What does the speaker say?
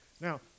Now